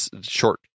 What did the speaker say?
short